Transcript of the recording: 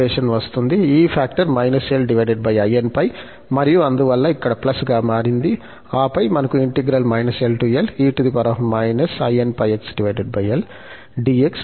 ఈ factor -l inπ మరియు అందువల్ల ఇది ఇక్కడ గా మారింది ఆపై మనకు ఉంది